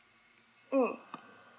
mm